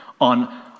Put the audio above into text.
on